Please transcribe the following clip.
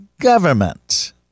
government